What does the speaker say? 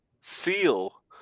seal